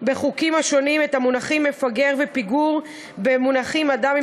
בחוקים השונים את המונחים "מפגר" ו"פיגור" במונחים "אדם עם